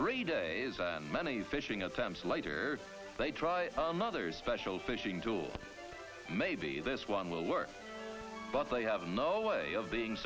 three days and many fishing attempts later they try another special fishing tool maybe this one will work but they have no way of being